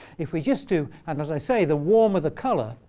if we just do, and as i say, the warmer the color,